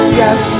yes